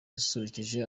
yasusurukije